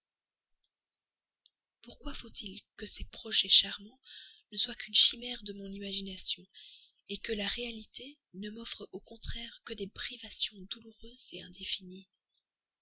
pourquoi faut-il que ces projets charmants ne soient qu'une chimère de mon imagination que la réalité ne m'offre au contraire que des privations douloureuses indéfinies